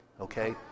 okay